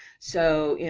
so, you